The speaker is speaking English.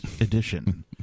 edition